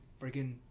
freaking –